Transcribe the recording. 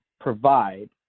provide